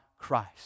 Christ